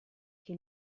che